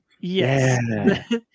yes